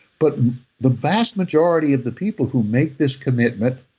but the vast majority of the people who make this commitment,